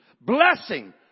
blessing